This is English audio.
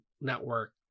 network